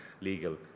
legal